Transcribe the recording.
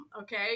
okay